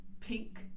pink